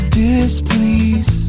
displease